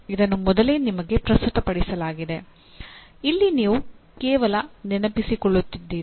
ಇದನ್ನು ಮೊದಲೇ ನಿಮಗೆ ಪ್ರಸ್ತುತಪಡಿಸಲಾಗಿದೆ ಇಲ್ಲಿ ನೀವು ಕೇವಲ ನೆನಪಿಸಿಕೊಳ್ಳುತ್ತಿದ್ದೀರಿ